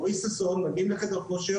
אורי ששון - הולכים לחדר כושר